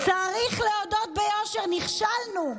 "צריך להודות ביושר, נכשלנו,